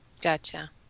Gotcha